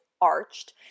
arched